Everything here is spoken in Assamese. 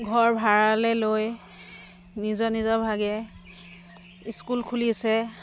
ঘৰ ভাড়ালৈ লৈ নিজৰ নিজৰ ভাগে স্কুল খুলিছে